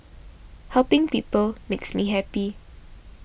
helping people makes me happy